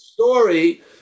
Story